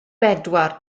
bedwar